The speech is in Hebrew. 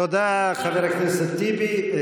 תודה, חבר הכנסת טיבי.